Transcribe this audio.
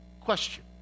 question